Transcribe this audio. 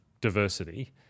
diversity